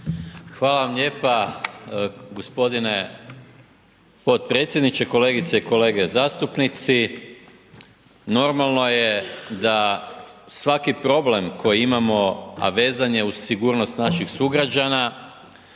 Hvala vam lijepa g. potpredsjedniče. Kolegice i kolege zastupnici. Normalno je da svaki problem koji imamo, a vezan je uz sigurnost naših sugrađana